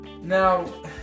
Now